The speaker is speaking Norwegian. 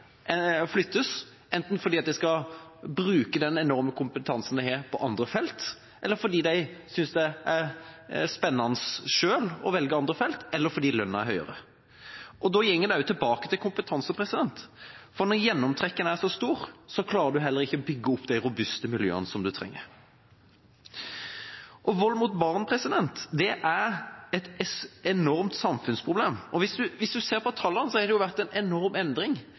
flyttes, enten fordi de skal bruke sin enorme kompetanse på andre felt, eller fordi de synes det er spennende å velge andre felt, eller fordi lønna er høyere. Da kommer vi tilbake til kompetanse, for når gjennomtrekken er så stor, klarer man heller ikke bygge opp de robuste miljøene som trengs. Vold mot barn er et enormt samfunnsproblem. Hvis man ser på tallene, har det vært en enorm endring.